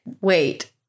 Wait